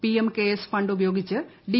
PM CARES fund ഉപയോഗിച്ച് D